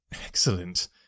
Excellent